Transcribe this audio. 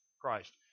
Christ